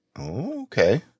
okay